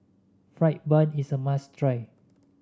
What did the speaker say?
fried bun is a must try